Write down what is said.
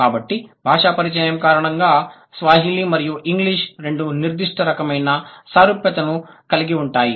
కాబట్టి భాషా పరిచయం కారణంగా స్వాహిలి మరియు ఇంగ్లీషు రెండు నిర్దిష్ట రకమైన సారూప్యతను కలిగి ఉంటాయి